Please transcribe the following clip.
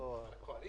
או שלפחות הוועדה תשמע